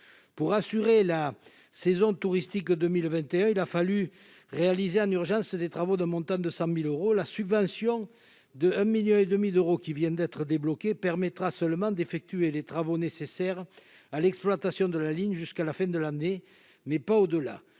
pour assurer la saison touristique 2021, il a fallu réaliser en urgence des travaux d'un montant de 100000 euros, la subvention de 1 1000000 et demi d'euros qui viennent d'être débloqués permettra seulement d'effectuer les travaux nécessaires à l'exploitation de la ligne jusqu'à la fin de l'année, mais pas au-delà,